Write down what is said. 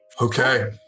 Okay